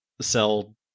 sell